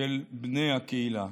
של בני הקהילה.